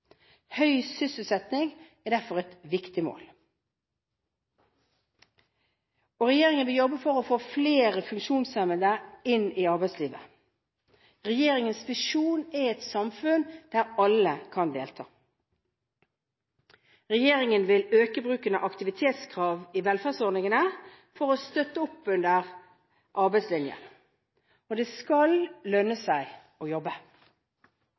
Høy sysselsetting er derfor et viktig mål. Regjeringen vil jobbe for å få flere funksjonshemmede inn i arbeidslivet. Regjeringens visjon er et samfunn der alle kan delta. Regjeringen vil øke bruken av aktivitetskrav i velferdsordningene for å støtte opp under arbeidslinjen. Det skal lønne seg å jobbe.